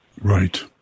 Right